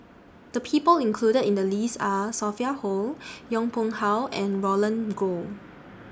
The People included in The list Are Sophia Hull Yong Pung How and Roland Goh